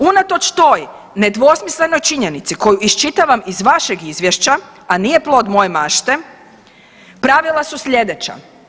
Unatoč nedvosmislenoj činjenici koju iščitavam iz vašeg izvješća, a nije plod moje mašte pravila su slijedeća.